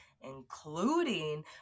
including